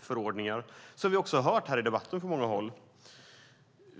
förordningar, som vi också har hört här i debatten från många håll.